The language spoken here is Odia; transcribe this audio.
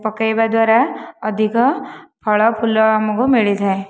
ପକାଇବା ଦ୍ୱାରା ଅଧିକ ଫଳ ଫୁଲ ଆମକୁ ମିଳିଥାଏ